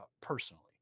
personally